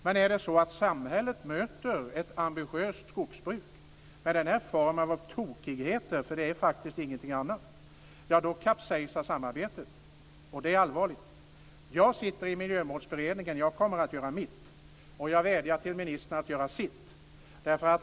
Men om samhället möter ett ambitiöst skogsbruk med den här formen av tokigheter - för det är faktiskt ingenting annat - ja, då kapsejsar samarbetet, och det är allvarligt. Jag sitter i Miljömålsberedningen. Jag kommer att göra mitt, och jag vädjar till ministern att göra sitt.